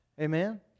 Amen